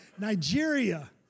Nigeria